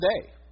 today